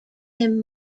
him